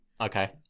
Okay